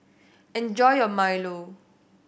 enjoy your milo